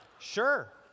Sure